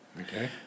Okay